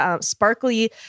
sparkly